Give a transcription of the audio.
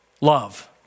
love